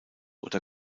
oder